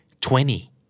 twenty